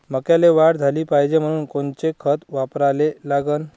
मक्याले वाढ झाली पाहिजे म्हनून कोनचे खतं वापराले लागन?